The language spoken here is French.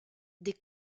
des